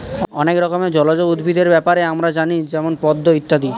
অনেক রকমের জলজ উদ্ভিদের ব্যাপারে আমরা জানি যেমন পদ্ম ইত্যাদি